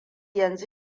yanzu